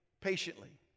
patiently